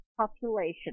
population